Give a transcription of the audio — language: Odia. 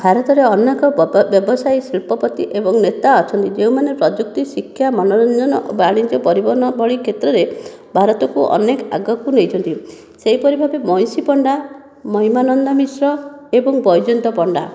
ଭାରତରେ ଅନେକ ବ୍ୟବସାୟୀ ଶିଳ୍ପପାତି ଏବଂ ନେତା ଅଛନ୍ତି ଯେଉଁମାନେ ପ୍ରଯୁକ୍ତି ଶିକ୍ଷା ମନୋରଞ୍ଜନ ବାଣିଜ୍ୟ ପରିବହନ ଭଳି କ୍ଷେତ୍ରରେ ଭାରତକୁ ଅନେକ ଆଗକୁ ନେଇଛନ୍ତି ସେହିପରି ଭାବେ ବଇଁଶୀ ପଣ୍ଡା ମହିମା ନନ୍ଦା ମିଶ୍ର ଏବଂ ବୈଜନ୍ତ ପଣ୍ଡା